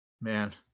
Man